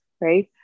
right